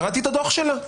קראתי את הדוח שלה,